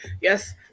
yes